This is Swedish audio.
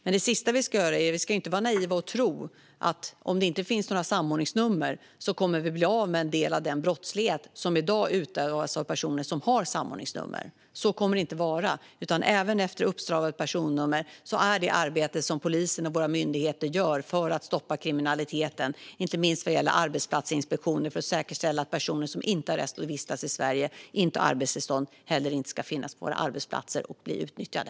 Men vi ska inte vara naiva och tro att vi, om det inte finns några samordningsnummer, kommer att bli av med en del av den brottslighet som i dag utövas av personer med samordningsnummer. Så kommer det inte att vara. Även efter en uppstramning gällande personnummer krävs ett arbete från polisen och våra myndigheter för att stoppa kriminaliteten, inte minst arbetsplatsinspektioner för att säkerställa att personer som inte har rätt att vistas i Sverige och inte har arbetstillstånd inte heller finns på våra arbetsplatser och blir utnyttjade.